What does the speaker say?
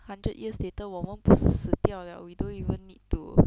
hundred years later 我们不是死掉 liao we don't even need to